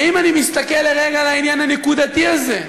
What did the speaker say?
ואם אני מסתכל לרגע על העניין הנקודתי הזה,